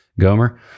Gomer